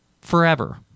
forever